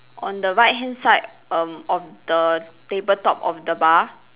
on the right hand side um of the table top of the bar